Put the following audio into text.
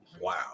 Wow